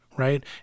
right